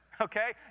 Okay